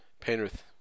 Penrith